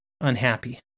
unhappy